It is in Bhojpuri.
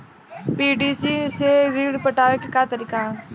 पी.डी.सी से ऋण पटावे के का तरीका ह?